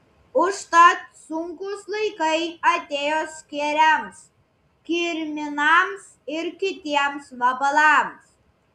užtat sunkūs laikai atėjo skėriams kirminams ir kitiems vabalams